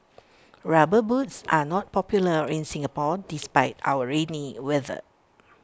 rubber boots are not popular in Singapore despite our rainy weather